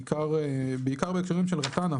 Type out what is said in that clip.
בעיקר בהקשרים של רט"ן,